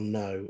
no